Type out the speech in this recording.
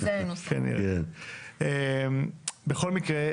בכל מקרה,